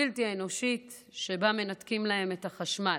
בלתי אנושית, שבה מנתקים להם את החשמל.